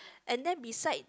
and then beside